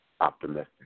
optimistic